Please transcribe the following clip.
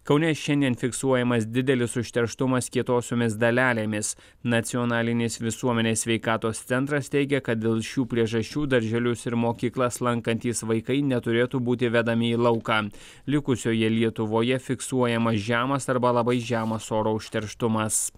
kaune šiandien fiksuojamas didelis užterštumas kietosiomis dalelėmis nacionalinės visuomenės sveikatos centras teigia kad dėl šių priežasčių darželius ir mokyklas lankantys vaikai neturėtų būti vedami į lauką likusioje lietuvoje fiksuojamas žemas arba labai žemas oro užterštumas